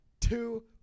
two